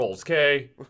okay